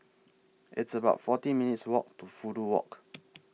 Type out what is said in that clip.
It's about forty minutes' Walk to Fudu Walk